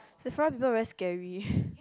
Sephora people very scary